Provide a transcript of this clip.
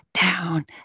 down